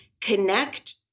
connect